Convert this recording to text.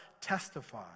testify